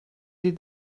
did